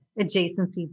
adjacency